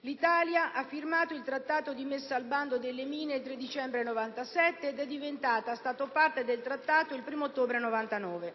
L'Italia ha firmato il Trattato di messa al bando delle mine il 3 dicembre 1997, ed è diventata Stato parte del Trattato il 1° ottobre 1999.